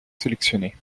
sélectionné